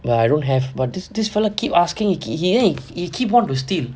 well I don't have but this this fellow keep asking he he keep wanting to steal